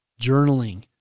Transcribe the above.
journaling